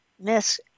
Miss